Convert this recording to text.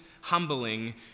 humbling